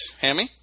Hammy